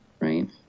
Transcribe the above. right